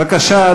בבקשה,